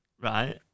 Right